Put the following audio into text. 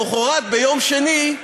למחרת, ביום שני,